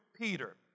Peter